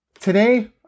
Today